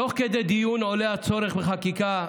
תוך כדי דיון עולה הצורך בחקיקה.